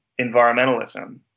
environmentalism